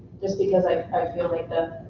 just because i feel like